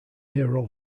hero